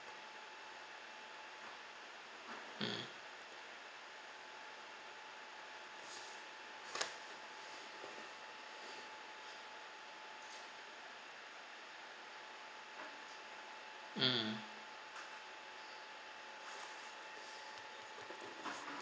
mm mm